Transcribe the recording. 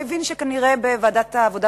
הבין שכנראה בוועדת העבודה,